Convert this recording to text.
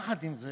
יחד עם זה